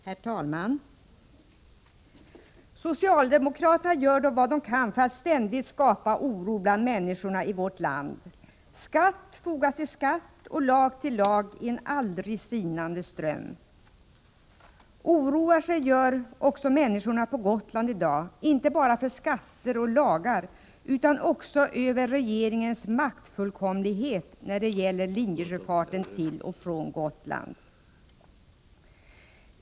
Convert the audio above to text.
Herr talman! Socialdemokraterna gör vad de kan för att ständigt skapa oro bland människorna i vårt land. Skatt fogas till skatt och lag till lag i en aldrig sinande ström. Oroar sig gör också människorna på Gotland i dag — inte bara för skatter och lagar utan också över regeringens maktfullkomlighet när det gäller linjesjöfarten till och från Gotland.